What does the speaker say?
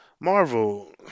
Marvel